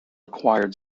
acquired